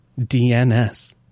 DNS